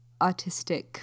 autistic